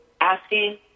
asking